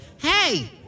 Hey